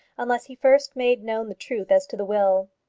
unless he first made known the truth as to the will.